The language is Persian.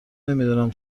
نمیدونم